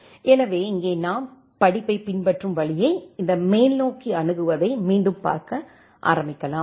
எனவே இங்கே நாம் படிப்பைப் பின்பற்றும் வழியை இந்த மேல்நோக்கி அணுகுவதை மீண்டும் பார்க்க ஆரம்பிக்கலாம்